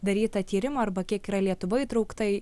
daryta tyrimų arba kiek yra lietuva įtraukta į